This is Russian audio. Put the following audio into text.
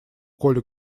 коли